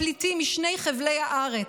הפליטים משני חבלי הארץ.